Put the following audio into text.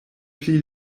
pli